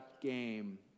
game